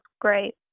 great